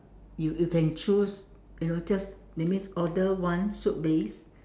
you you can choose you know just that means order one soup base